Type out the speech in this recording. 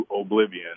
oblivion